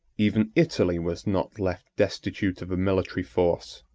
even italy was not left destitute of a military force.